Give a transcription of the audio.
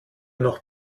noch